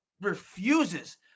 refuses